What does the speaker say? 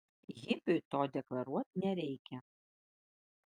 hipiui to deklaruot nereikia